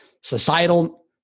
societal